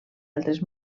altres